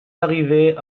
arrivés